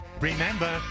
Remember